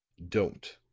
don't,